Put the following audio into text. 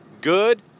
good